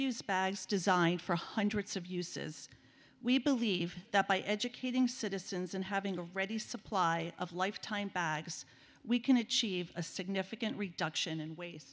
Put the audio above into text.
use bags designed for hundreds of uses we believe that by educating citizens and having a ready supply of lifetime bags we can achieve a significant reduction in waste